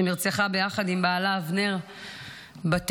שנרצחה ביחד עם בעלה אבנר בטבח,